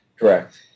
Correct